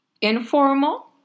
Informal